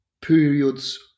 periods